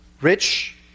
rich